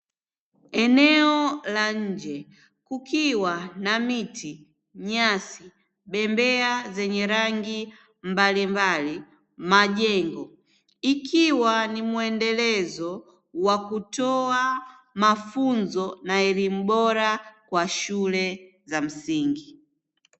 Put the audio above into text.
Eneo la nje kukiwa na: miti, nyasi, bembea zenye rangi mbalimbali, majengo; ikiwa ni mwendelezo wa kutoa mafunzo na elimu bora kwa shule za msingi.